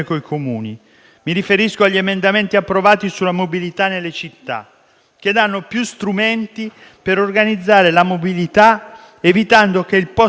Mi riferisco agli emendamenti approvati sulla mobilità nelle città, che danno più strumenti per organizzare la mobilità evitando che il post-Covid,